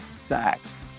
sacks